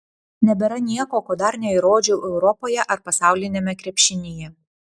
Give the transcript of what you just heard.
nebėra nieko ko dar neįrodžiau europoje ar pasauliniame krepšinyje